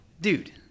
dude